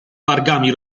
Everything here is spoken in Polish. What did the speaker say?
wargami